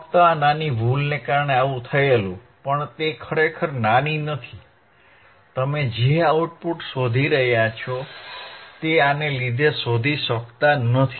ફક્ત આ નાની ભૂલને કારણે આવુ થયેલ પણ તે ખરેખર નાની નથી તમે જે આઉટપુટ શોધી રહ્યા છો તે આને લીધે શોધી શકતા નથી